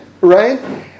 Right